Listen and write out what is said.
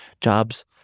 jobs